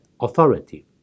Authority